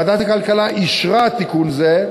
ועדת הכלכלה אישרה תיקון זה,